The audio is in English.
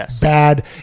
Bad